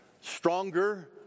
stronger